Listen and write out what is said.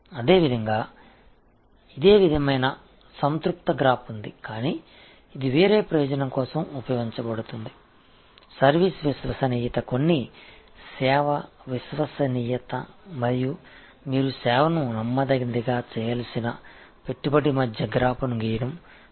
இதேபோல் இது போன்ற நிறைவுற்ற வரைபடத்தைக் கொண்டுள்ளது ஆனால் இது வேறு நோக்கத்திற்காகப் பயன்படுத்தப்படுகிறது இங்கே சர்வீஸ் நம்பகத்தன்மை சில சர்வீஸ் நம்பகத்தன்மைக்கும் நீங்கள் சர்வீஸை நம்பகமானதாக மாற்றுவதற்கான முதலீட்டிற்கும் இடையே ஒரு வரைபடத்தை வரைவதை இங்கே காட்டுகிறது